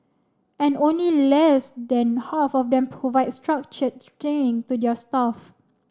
and only less than half of them provide structured training to their staff